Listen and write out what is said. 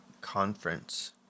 conference